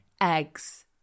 eggs